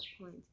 point